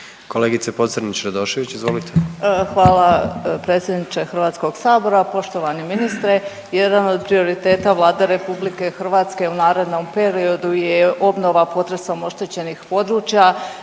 izvolite. **Pocrnić-Radošević, Anita (HDZ)** Hvala predsjedniče HS-a, poštovani ministre. Jedan od prioriteta Vlade RH u narednom periodu je obnova potresom oštećenih područja.